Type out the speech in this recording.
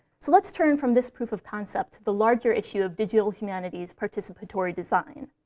so let's turn from this proof of concept to the larger issue of digital humanities' participatory design.